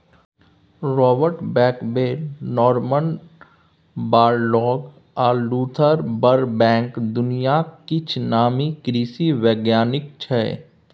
Robert Bakewell, Norman Borlaug आ Luther Burbank दुनियाक किछ नामी कृषि बैज्ञानिक छै